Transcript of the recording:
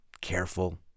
careful